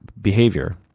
behavior